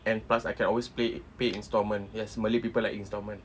and plus I can always pay pay installment yes malay people like installment